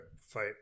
fight